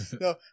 No